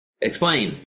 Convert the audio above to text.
explain